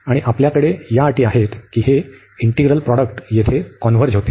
आणि आपल्याकडे या अटी आहेत की हे इंटिग्रल प्रॉडक्ट येथे कॉन्व्हर्ज होते